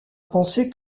penser